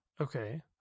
okay